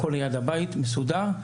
הכל ליד הבית מסודר,